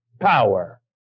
power